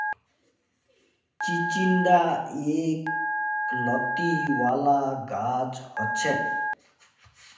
चिचिण्डा एक लत्ती वाला गाछ हछेक